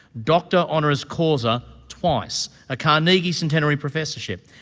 doctor honoris causa twice, a carnegie centenary professorship,